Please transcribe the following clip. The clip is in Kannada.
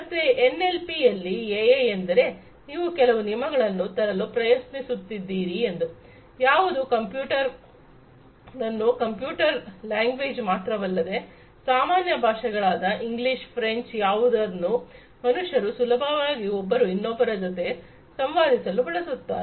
ಮತ್ತೆ ಎನ್ಎಲ್ ಪಿಯಲ್ಲಿ ಎಐ ಎಂದರೆ ನೀವು ಕೆಲವು ನಿಯಮಗಳನ್ನು ತರಲು ಪ್ರಯತ್ನಿಸುತ್ತಿದ್ದೀರಿ ಎಂದು ಯಾವುದು ಕಂಪ್ಯೂಟರನ್ನು ಕಂಪ್ಯೂಟರ್ ಲ್ಯಾಂಗ್ವೇಜ್ ಮಾತ್ರವಲ್ಲದೆ ಸಾಮಾನ್ಯ ಭಾಷೆಗಳಾದ ಇಂಗ್ಲಿಷ್ ಫ್ರೆಂಚ್ಯಾವುದನ್ನು ಮನುಷ್ಯರು ಸುಲಭವಾಗಿ ಒಬ್ಬರು ಇನ್ನೊಬ್ಬರ ಜೊತೆ ಸಂವಾದಿಸಲು ಬಳಸುತ್ತಾರೆ